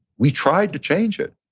we tried to change it.